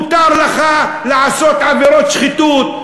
מותר לך לעשות עבירות שחיתות.